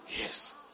Yes